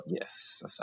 yes